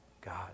God